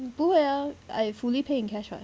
不会 ah I fully paying cash [what]